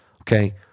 Okay